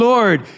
Lord